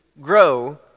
grow